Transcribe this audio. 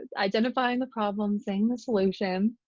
identifying the problem, saying the solution.